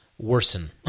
Worsen